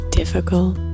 difficult